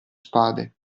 spade